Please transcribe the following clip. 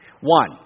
One